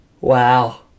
Wow